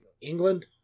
England